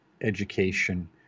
education